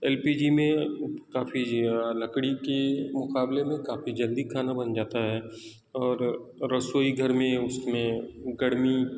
L P G میں کافی لکڑی کی مقابلے میں کافی جلدی کھانا بن جاتا ہے اور رسوئی گھر میں یہ اس میں گرمی